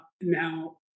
Now